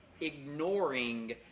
ignoring